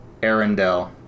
Arendelle